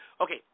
okay